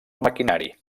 maquinari